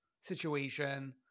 situation